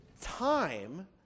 time